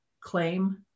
claim